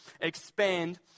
expand